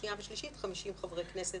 שנייה ושלישית 50 חברי כנסת